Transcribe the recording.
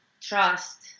trust